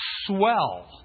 swell